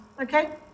Okay